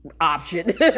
option